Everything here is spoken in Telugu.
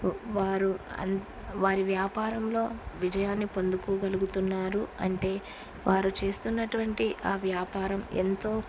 వారు అన్ వారి వ్యాపారంలో విజయాన్ని పొందుకోగలుగుతున్నారు అంటే వారు చేస్తున్నటువంటి ఆ వ్యాపారం ఎంతో